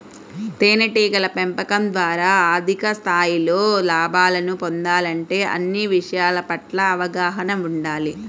తేనెటీగల పెంపకం ద్వారా అధిక స్థాయిలో లాభాలను పొందాలంటే అన్ని విషయాల పట్ల అవగాహన ఉండాలి